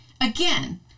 again